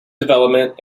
development